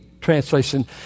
translation